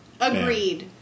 Agreed